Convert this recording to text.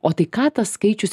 o tai ką tas skaičius